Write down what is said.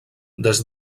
des